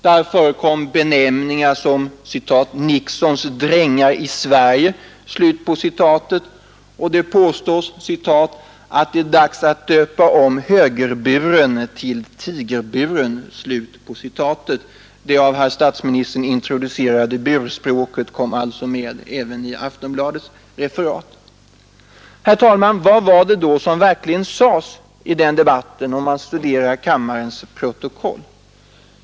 Där förekom benämningar som ”Nixons drängar i Sverige” och det påstods att det är dags ”att döpa om högerburen till tigerburen”. Det av herr statsministern introducerade ”burspråket” kom alltså med även i Aftonbladets ”referat”. Herr talman! Vad var det då som verkligen sades i debatten, om man följer kammarens protokoll?